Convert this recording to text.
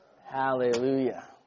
Hallelujah